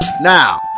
now